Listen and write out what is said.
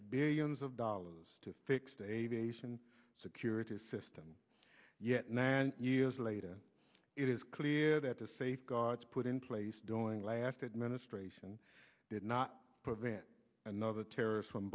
billions of dollars to fix the aviation security system yet now and years later it is clear that the safeguards put in place doing last administration did not prevent another terrorist from